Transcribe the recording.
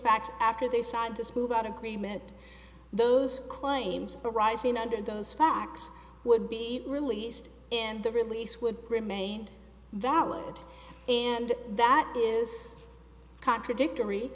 facts after they signed this move out agreement those claims arising under those facts would be released in the release would remain valid and that is contradictory